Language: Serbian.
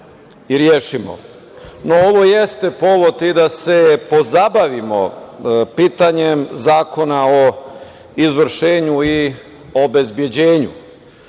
i rešimo.No, ovo jeste povod i da se pozabavimo pitanjem Zakona o izvršenju i obezbeđenju.